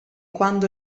quando